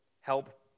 help